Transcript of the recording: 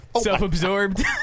Self-absorbed